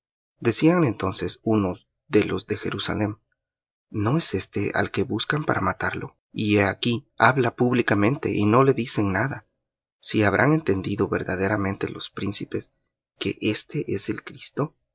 decían entonces unos de los de jerusalem no es éste al que buscan para matarlo y he aquí habla públicamente y no le dicen nada si habrán entendido verdaderamente los príncipes que éste es el cristo